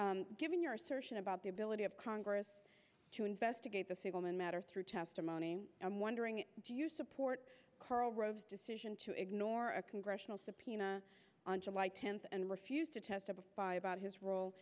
subject given your assertion about the ability of congress to investigate the siegelman matter through testimony i'm wondering do you support karl rove's decision to ignore a congressional subpoena on july tenth and refuse to testify about his role